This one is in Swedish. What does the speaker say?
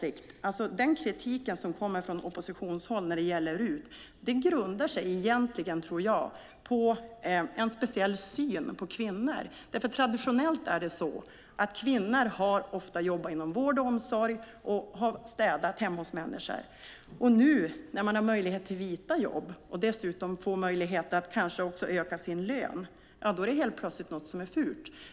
Den kritik som kommer från oppositionshåll när det gäller RUT tror jag egentligen grundar sig på en speciell syn på kvinnor. Traditionellt är det så att kvinnor ofta har jobbat inom vård och omsorg och har städat hemma hos människor. Nu när man har möjlighet till vita jobb och dessutom kanske får möjlighet att öka sin lön är det helt plötsligt något fult.